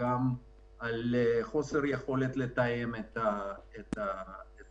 ועל חוסר יכולת לתאם את הדברים.